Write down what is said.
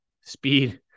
speed